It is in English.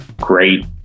great